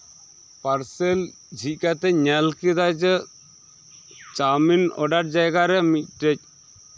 parcel ᱡᱷᱤᱡ ᱠᱟᱛᱮᱧ ᱧᱮᱞ ᱠᱮᱫᱟ ᱡᱮ ᱪᱟᱣᱢᱤᱱ ᱚᱰᱟᱨ ᱡᱟᱭᱜᱟᱨᱮ ᱢᱤᱫ ᱴᱮᱡ